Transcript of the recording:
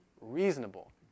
reasonable